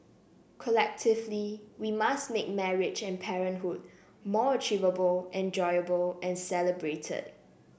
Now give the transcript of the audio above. collectively we must make marriage and parenthood more achievable enjoyable and celebrated